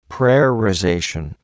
Prayerization